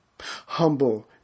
humble